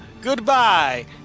Goodbye